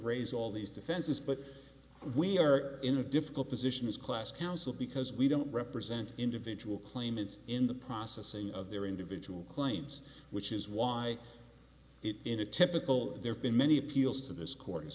raise all these defenses but we are in a difficult position as class counsel because we don't represent individual claimants in the processing of their individual claims which is why it in a typical there's been many appeals to this course